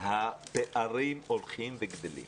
הפערים הולכים וגדלים.